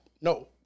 No